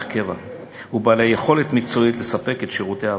קבע ובעלי יכולת מקצועית לספק את שירותי ההאבקה.